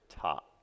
top